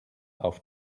auf